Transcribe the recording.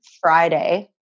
Friday